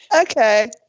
Okay